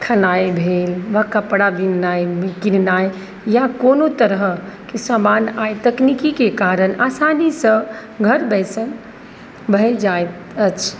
खेनाइ भेल वा कपड़ा बिननाइ किननाइ या कोनो तरहके सामान आइ तकनीकीके कारण आसानीसँ घर बैसल भऽ जाइत अछि